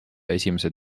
esimesed